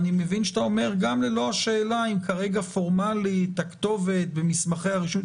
אני מבין שאתה אומר: גם אם פורמלית הכתובת ומסמכי הרישוי לא מלאים.